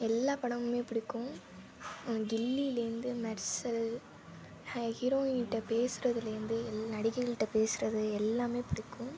எல்லா படமும் பிடிக்கும் கில்லிலேருந்து மெர்சல் ஹ ஹீரோயின்கிட்ட பேசுறதுலேர்ந்து எல் நடிகைகள்கிட்ட பேசுகிறது எல்லாம் பிடிக்கும்